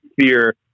fear